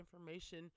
information